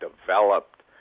developed